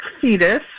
Fetus